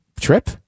trip